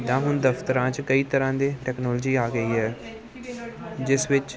ਜਿੱਦਾਂ ਹੁਣ ਦਫ਼ਤਰਾਂ 'ਚ ਕਈ ਤਰ੍ਹਾਂ ਦੇ ਟੈਕਨੋਲੋਜੀ ਆ ਗਈ ਹੈ ਜਿਸ ਵਿੱਚ